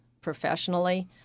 professionally